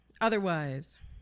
Otherwise